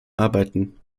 arbeiten